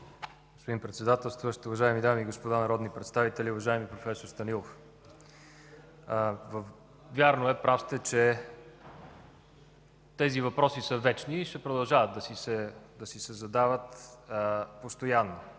господин Председателстващ, уважаеми дами и господа народни представители! Уважаеми проф. Станилов, вярно е, прав сте, че тези въпроси са вечни и ще продължават да се задават постоянно.